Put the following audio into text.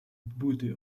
booty